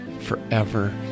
forever